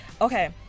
okay